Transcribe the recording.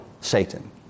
Satan